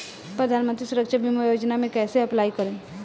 प्रधानमंत्री सुरक्षा बीमा योजना मे कैसे अप्लाई करेम?